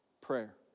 prayer